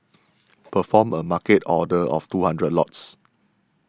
perform a Market order of two hundred lots